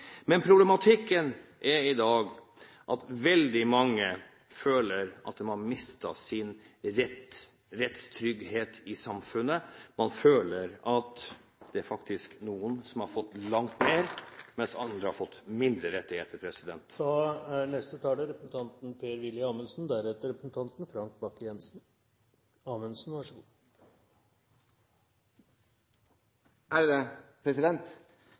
Men problematikken er i dag at veldig mange føler at de har mistet sin rettstrygghet i samfunnet – man føler at det er noen som har fått langt flere, mens andre har fått færre rettigheter. Representanten